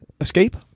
escape